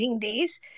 days